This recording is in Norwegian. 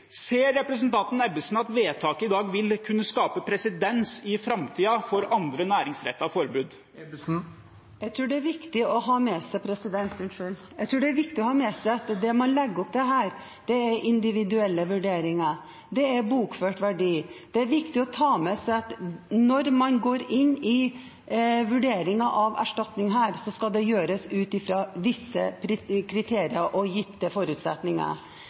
Ser representanten Ebbesen at vedtaket i dag vil kunne skape presedens i framtiden for andre næringsrettede forbud? Jeg tror det er viktig å ha med seg at det man legger opp til her, er individuelle vurderinger. Det er bokført verdi. Det er viktig å ta med seg at når man går inn i vurderingen av erstatning her, skal det gjøres ut fra visse kriterier og gitte forutsetninger.